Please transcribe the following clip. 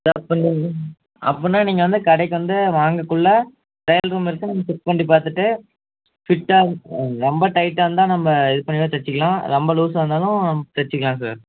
sir அப்போ நீங்கள் அப்படின்னா நீங்கள் வந்து கடைக்கு வந்து வாங்கக்குள்ளே ட்ரையல் ரூம் இருக்குது நீங்கள் செக் பண்ணிப் பார்த்துட்டு ஃபிட்டாக இருந்து ரொம்ப டைட்டாக இருந்தால் நம்ப இது பண்ணி வேணா தைச்சுக்கலாம் ரொம்ப லூசாக இருந்தாலும் தைச்சுக்கலாம் சார்